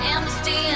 Amnesty